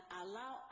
allow